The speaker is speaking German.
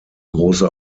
große